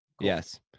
yes